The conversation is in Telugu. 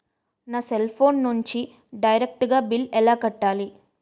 నా సెల్ ఫోన్ నుంచి డైరెక్ట్ గా బిల్లు ఎలా కట్టాలి?